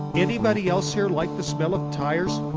anybody else here like the smell of tires?